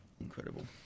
Incredible